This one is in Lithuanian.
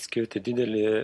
skirti didelį